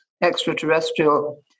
extraterrestrial